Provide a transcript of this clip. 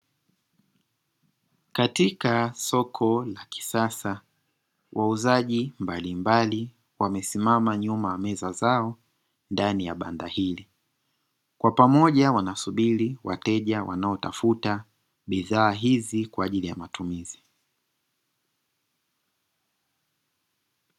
Katika soko la kisasa, wauzaji mbalimbali wamesimama nyuma ya meza zao ndani ya banda hili. Kwa pamoja wanasubiri wateja wanaotafuta bidhaa hizi kwaajili ya matumizi.